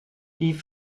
die